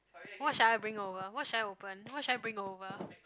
what should I bring over what should I open what should I bring over